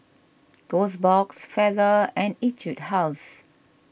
Toast Box Feather and Etude House